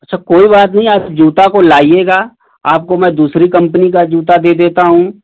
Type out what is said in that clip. अच्छा कोई बात नही आप जूता को लाइएगा आपको में दूसरी कंपनी का जूता दे देता हूँ